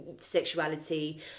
sexuality